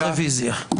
רביזיה.